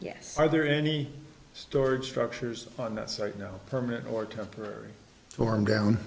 yes are there any stored structures on that site no permanent or temporary form down